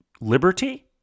Liberty